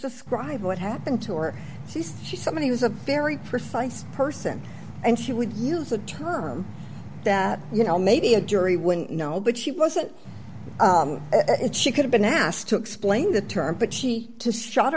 describe what happened to her she's she's somebody who's a very precise person and she would use a term that you know maybe a jury wouldn't know but she wasn't it she could have been asked to explain the term but she just shot